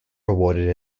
rewarded